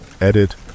Edit